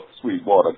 Sweetwater